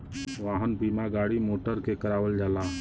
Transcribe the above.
वाहन बीमा गाड़ी मोटर के करावल जाला